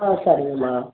ஆ சரிங்கம்மா